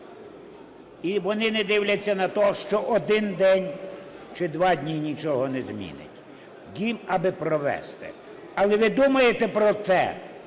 І вони не дивляться на те, що один день чи два дні нічого не змінить, їм аби провести. Але ви думаєте, про те,